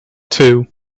two